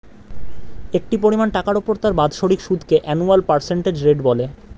একটি পরিমাণ টাকার উপর তার বাৎসরিক সুদকে অ্যানুয়াল পার্সেন্টেজ রেট বলে